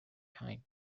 time